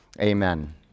Amen